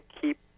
keep